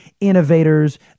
innovators